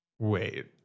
Wait